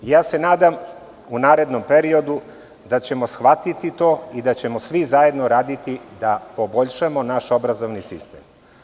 Nadam se u narednom periodu da ćemo to shvatiti i da ćemo svi zajedno raditi da poboljšamo naš obrazovni sistem.